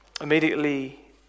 immediately